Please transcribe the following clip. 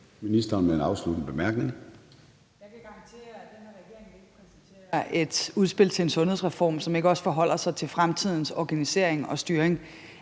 Ministeren for en afsluttende bemærkning.